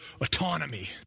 autonomy